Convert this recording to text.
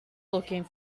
looking